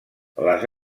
les